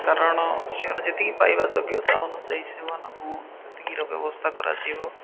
କାରଣ ସେମାନେ ଯେତିକି ପାଇବା ଯୋଗ୍ୟତା ଅନୁଯାୟୀ ସେମାନଙ୍କୁ ସେତିକିର ବ୍ୟବସ୍ଥା କରାଯିବ